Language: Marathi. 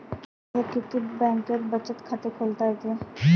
मले किती बँकेत बचत खात खोलता येते?